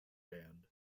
band